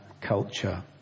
culture